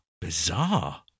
bizarre